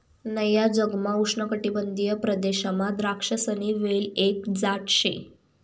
नया जगमा उष्णकाटिबंधीय प्रदेशमा द्राक्षसनी वेल एक जात शे